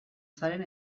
zaren